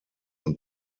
und